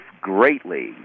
greatly